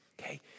Okay